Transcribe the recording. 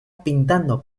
pintando